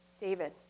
David